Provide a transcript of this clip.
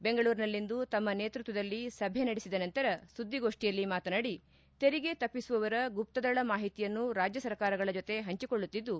ಬೆಂಗಳೂರಿನಲ್ಲಿಂದು ತಮ್ಮ ನೇತೃತ್ವದಲ್ಲಿ ಸಭೆ ನಡೆಸಿದ ನಂತರ ಸುದ್ದಿಗೋಷ್ಠಿಯಲ್ಲಿ ಮಾತನಾಡಿ ತೆರಿಗೆ ತಪ್ಪಿಸುವವರ ಗುಪ್ತದಳ ಮಾಹಿತಿಯನ್ನು ರಾಜ್ಯಸರ್ಕಾರಗಳ ಜೊತೆ ಹಂಚಿಕೊಳ್ಳುತ್ತಿದ್ದು